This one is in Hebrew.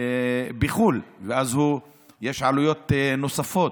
בחו"ל ואז יש עלויות נוספות.